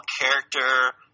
character